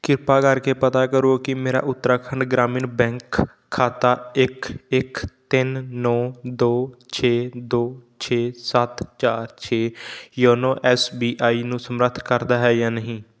ਕਿਰਪਾ ਕਰਕੇ ਪਤਾ ਕਰੋ ਕਿ ਮੇਰਾ ਉੱਤਰਾਖੰਡ ਗ੍ਰਾਮੀਣ ਬੈਂਕ ਖਾਤਾ ਇੱਕ ਇੱਕ ਤਿੰਨ ਨੌ ਦੋ ਛੇ ਦੋ ਛੇ ਸੱਤ ਚਾਰ ਛੇ ਯੋਨੋ ਐਸ ਬੀ ਆਈ ਨੂੰ ਸਮਰੱਥ ਕਰਦਾ ਹੈ ਜਾਂ ਨਹੀਂ